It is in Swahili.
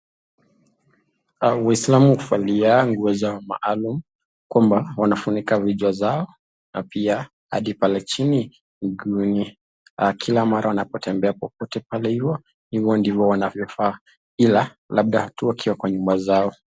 Waislamu huvalia nguo zao maalum kwamba wanafunika vichwa zao na pia hadi pale chini miguuni, kila mara wanapo tembea popote pale hivo ndivo wanavyovaa ila labda tu wakiwa kwa nyumba zao.